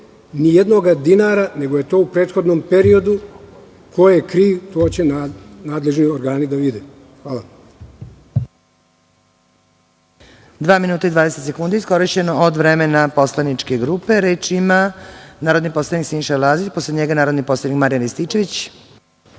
ni jedan dinar, nego je to bilo u prethodnom periodu. Ko je kriv to će nadležni organi da utvrde. Hvala.